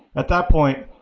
at that point,